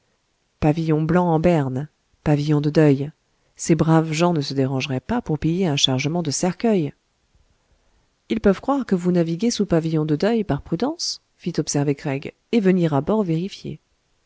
pavillon blanc en berne pavillon de deuil ces braves gens ne se dérangeraient pas pour piller un chargement de cercueils ils peuvent croire que vous naviguer sous pavillon de deuil par prudence fit observer craig et venir à bord vérifier